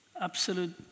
absolute